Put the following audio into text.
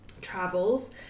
travels